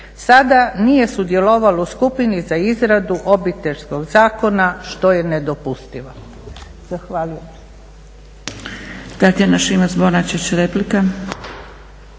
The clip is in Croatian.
Sada nije sudjelovalo u skupini za izradu Obiteljskog zakona što je nedopustivo. Zahvaljujem.